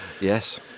yes